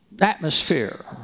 atmosphere